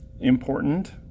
Important